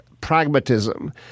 pragmatism